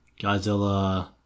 Godzilla